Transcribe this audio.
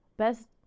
Best